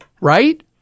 Right